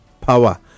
power